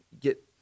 get